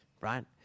right